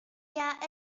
yeah